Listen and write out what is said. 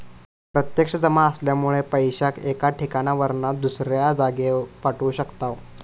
प्रत्यक्ष जमा असल्यामुळे पैशाक एका ठिकाणावरना दुसऱ्या जागेर पाठवू शकताव